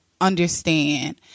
understand